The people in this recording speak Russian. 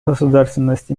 государственность